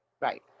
Right